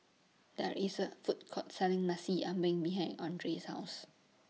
There IS A Food Court Selling Nasi Ambeng behind Andrae's House